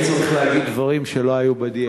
צריך להגיד דברים שלא היו בדנ"א שלי.